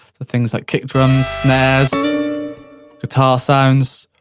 for things like kick drums, snares guitar sounds,